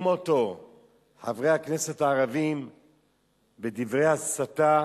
חברי הכנסת הערבים בדברי הסתה,